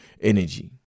energy